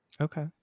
Okay